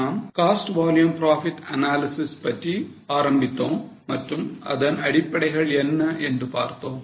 நாம் cost volume profit analysis பற்றி ஆரம்பித்தோம் மற்றும் அதன் அடிப்படைகள் என்ன என்று பார்த்தோம்